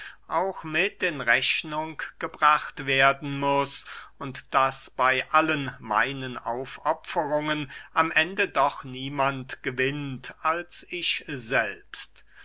auch mit in rechnung gebracht werden muß und daß bey allen meinen aufopferungen am ende doch niemand gewinnt als ich selbst